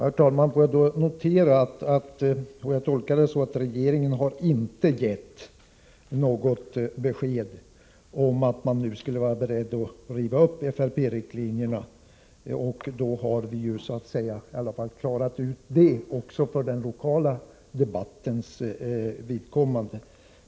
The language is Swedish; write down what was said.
Herr talman! Jag tolkar Birgitta Dahls uttalande så, att regeringen inte har gett något besked om att man nu skulle vara beredd att riva upp FRP riktlinjerna. Då har vi i alla fall klarat ut det, också för den lokala debattens vidkommande.